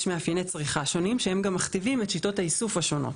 מאפייני צריכה שונים שהם גם מכתיבים את שיטות האיסוף השונות.